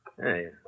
Hey